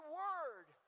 word